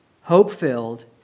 hope-filled